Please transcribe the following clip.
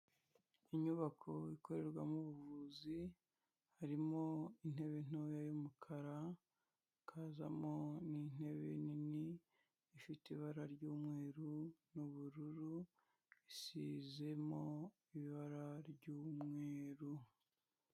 Inyubako ikorerwamo ubuvuzi harimo intebe ntoya y'umukara, hakazamo n'intebe nini ifite ibara ry'umweru n'ubururu isizemo ibara ry'umweru.